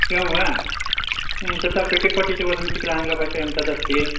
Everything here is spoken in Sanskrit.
एवं वा तथा पेटिकाटिति वदन्ति कला आङ्गलभाषायां तदस्ति